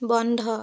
বন্ধ